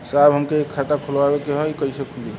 साहब हमके एक खाता खोलवावे के ह कईसे खुली?